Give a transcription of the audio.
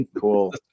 cool